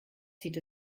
zieht